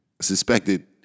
suspected